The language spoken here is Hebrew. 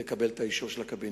לקבל את האישור של הקבינט.